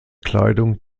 kleidung